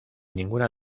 ninguna